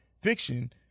fiction